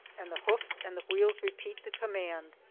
and the hoofs and the wheels repeat the command,